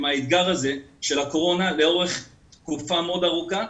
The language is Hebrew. עם האתגר הזה של הקורונה לאורך תקופה מאוד ארוכה,